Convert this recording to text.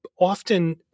often